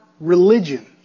religion